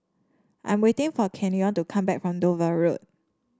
I am waiting for Kenyon to come back from Dover Road